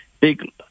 big